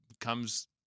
comes